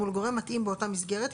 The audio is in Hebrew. מול גורם מתאים באותה מסגרת,